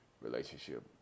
relationship